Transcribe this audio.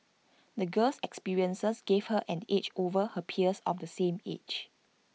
the gir's experiences gave her an edge over her peers of the same age